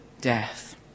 death